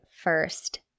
first